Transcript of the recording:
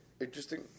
interesting